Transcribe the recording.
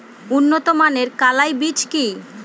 উন্নত মানের কলাই বীজ কি?